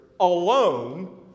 alone